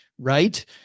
Right